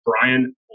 Brian